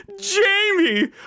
Jamie